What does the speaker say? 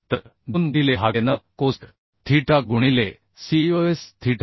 तर 2 गुणिले V भागिले N कोसेक थीटा गुणिले cos थीटा